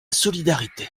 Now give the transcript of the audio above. solidarité